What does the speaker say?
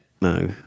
No